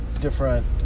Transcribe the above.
different